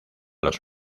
los